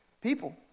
people